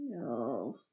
No